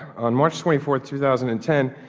on march twenty fourth, two thousand and ten,